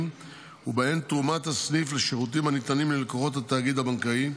ובהם תרומת הסניף לשירותים הניתנים ללקוחות התאגיד הבנקאי,